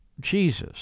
Jesus